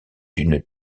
d’une